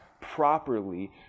properly